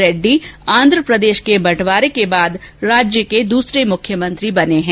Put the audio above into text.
रेड्डी आंध्र प्रदेश के बंटवारे के बाद राज्य के दूसरे मुख्यमंत्री बने हैं